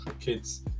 kids